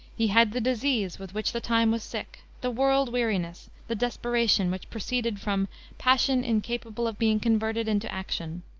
he had the disease with which the time was sick, the world-weariness, the desperation which proceeded from passion incapable of being converted into action.